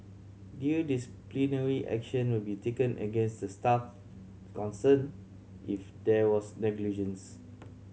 due disciplinary action will be taken against the staff concerned if there was negligence